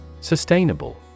Sustainable